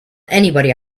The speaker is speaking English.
anybody